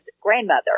grandmother